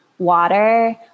water